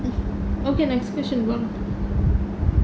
okay next question oh